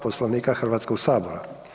Poslovnika Hrvatskog sabora.